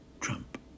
Trump